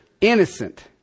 innocent